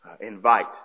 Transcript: invite